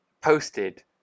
posted